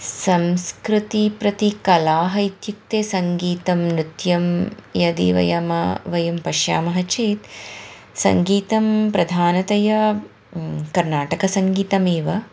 संस्कृतिं प्रति कलाः इत्युक्ते सङ्गीतं नृत्यं यदि वयं वयं पश्यामः चेत् सङ्गीतं प्रधानतया कर्नाटकसङ्गीतमेव